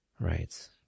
Right